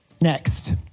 Next